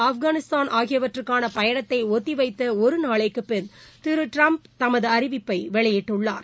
ஆப்கானிஸ்தான் ஆகியவற்றுக்கான பயணத்தை ஒத்திவைத்த ஒரு நாளைக்குப் பின் திரு ட்டிரம்ப் தமது அறிவிப்பை வெளியிட்டுள்ளார்